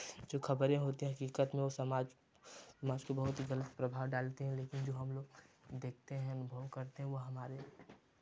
जो खबरें होती हैं हकीकत में वो समाज समाज पे बहुत ही गलत प्रभाव डालती हैं लेकिन जो हम लोग देखते हैं अनुभव करते हैं वो हमारे